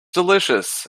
delicious